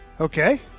Okay